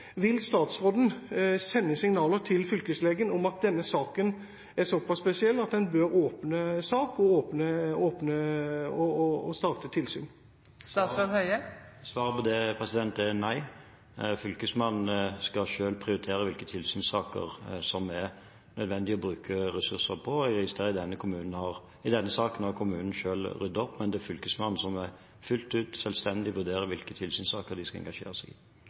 Vil statsråden sende signaler til fylkeslegen om at denne saken er så pass spesiell at en bør åpne sak og starte tilsyn? Svaret på det er nei. Fylkesmannen skal selv prioritere hvilke tilsynssaker som det er nødvendig å bruke ressurser på. I denne saken har kommunen selv ryddet opp, men det er Fylkesmannen som fullt ut selvstendig vurderer hvilke tilsynssaker en skal engasjere seg i.